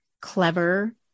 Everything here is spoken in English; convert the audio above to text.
clever